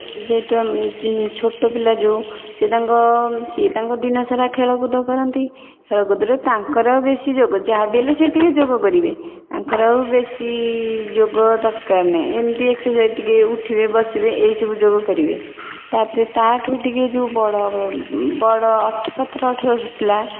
ଯେହେତୁ ଆମ ଛୋଟ ପିଲା ଯେଉଁ ସିଏ ତାଙ୍କ ସିଏ ତାଙ୍କ ଦିନ ସାରା ଖେଳକୁଦ କରନ୍ତି ଖେଳକୁଦରେ ତାଙ୍କର ଆଉ ବେଶି ଯୋଗ ଯାହାବି ହେଲେ ସିଏ ଟିକେ ଯୋଗ କରିବେ ତାଙ୍କର ଆଉ ବେଶି ଯୋଗ ଦରକାର ନାହିଁ ଏମିତି ଏକ୍ସରସାଇଜ ଟିକେ ଉଠିବେ ବସିବେ ଏହିସବୁ ଯୋଗ କରିବେ ତା'ପରେ ତାଠୁ ଟିକେ ଯେଉଁ ବଡ଼ବଡ଼ ବଡ଼ ଅଠ ସତର ଅଠର ବର୍ଷର ପିଲା